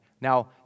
Now